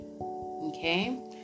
Okay